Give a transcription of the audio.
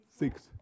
Six